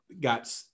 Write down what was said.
got